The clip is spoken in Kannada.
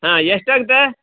ಹಾಂ ಎಷ್ಟು ಆಗತ್ತೆ